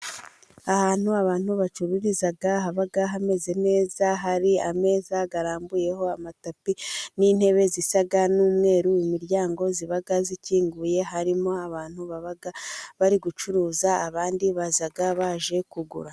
Ahantu abantu bacururiza haba hameze neza, hari ameza arambuyeho amatapi n'intebe zisa n'umweru, imiryango ziba zikinguye harimo abantu baba bari gucuruza abandi baza baje kugura.